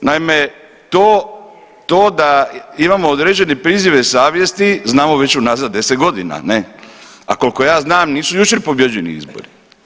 Naime, to, to da imamo određene prizive savjesti znamo već unazad 10 godina ne, a koliko ja znam nisu jučer pobijeđeni izbori.